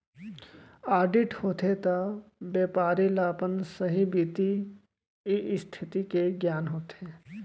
audit होथे त बेपारी ल अपन सहीं बित्तीय इस्थिति के गियान होथे